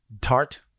tart